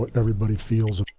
but and everybody feels